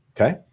okay